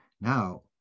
Now